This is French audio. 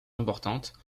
importante